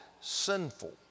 sinful